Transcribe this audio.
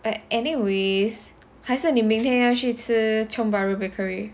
but anyways 还是你明天要去吃 Tiong Bahru Bakery